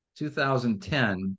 2010